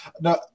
Now